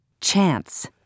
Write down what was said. Chance